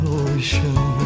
ocean